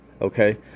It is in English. okay